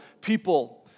people